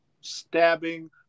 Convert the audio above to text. stabbing